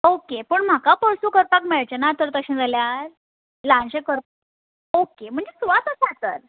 okay पूण म्हाका पोरसूं करपाक मेळचें ना तर तशें जाल्यार ल्हानशें कर ओके म्हणजे सुवात आसा तर